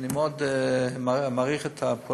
אני מאוד מעריך את פעולותיו,